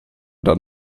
dann